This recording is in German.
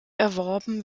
erworben